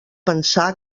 pensar